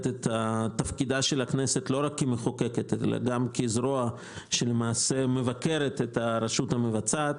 את תפקידה של הכנסת לא רק כמחוקקת אלא גם כזרוע שמבקרת את הרשות המבצעת,